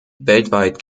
weltweit